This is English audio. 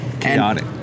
Chaotic